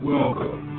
Welcome